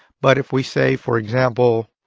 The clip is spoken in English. but if we say, for example,